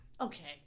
Okay